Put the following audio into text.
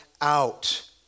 out